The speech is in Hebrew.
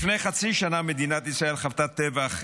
לפני חצי שנה מדינת ישראל חוותה טבח,